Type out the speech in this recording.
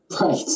Right